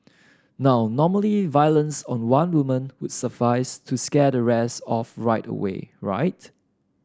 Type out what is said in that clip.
now normally violence on one woman would suffice to scare the rest off right away right